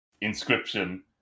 inscription